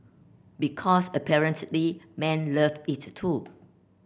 because apparently men love it too